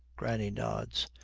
granny nods.